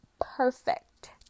perfect